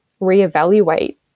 reevaluate